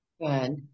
Good